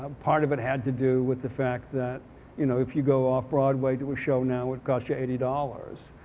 um part of it had to do with the fact that you know if you go off broadway do a show now would cost you eighty dollars.